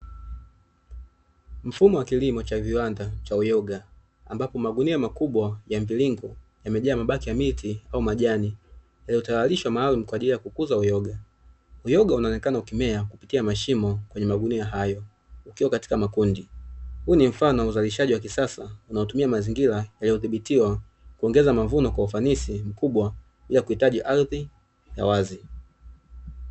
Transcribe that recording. Mfumo wa kilimo cha viwanda cha uyoga, ambapo magunia makubwa ya mviringo yamejaa mabaki ya miti au majani yaliyotayarishwa maalum kwa kukuza uyoga. Uyoga unaonekana ukimea kupitia mashimo ya magunia hayo, ukiwa katika makundi huu ni mfano wa kisasa unaotumia mazingira yanayodhibitiwa kuongeza mavuno kwa ufanisi mkubwa bila kuhitaji ardhi ya wazi.